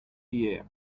year